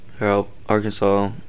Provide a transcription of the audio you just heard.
Arkansas